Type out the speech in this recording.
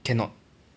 cannot